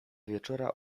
wieczora